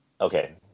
okay